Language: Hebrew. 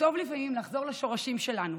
טוב לפעמים לחזור לשורשים שלנו,